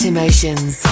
Emotions